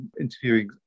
interviewing